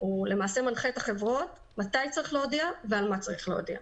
למעשה מנחה את החברות מתי צריך להודיע ועל מה צריך להודיע.